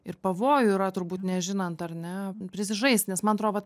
ir pavojų yra turbūt nežinant ar ne prisižaist nes man atrodo vat